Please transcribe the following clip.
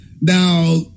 Now